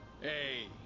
Hey